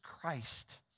Christ